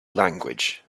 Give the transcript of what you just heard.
language